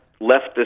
leftist